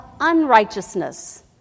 unrighteousness